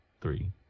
three